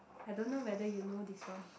I don't know whether you know this one